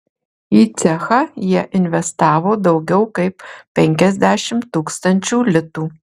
į cechą jie investavo daugiau kaip penkiasdešimt tūkstančių litų